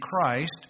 Christ